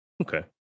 Okay